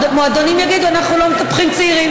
המועדונים יגידו: אנחנו לא מטפחים צעירים